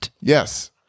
Yes